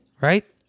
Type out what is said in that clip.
Right